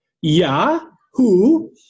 yahoo